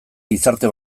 gizarte